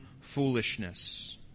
foolishness